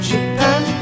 Japan